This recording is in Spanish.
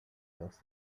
dos